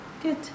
Good